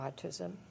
autism